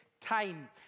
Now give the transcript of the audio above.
time